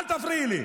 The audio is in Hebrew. אל תפריעי לי.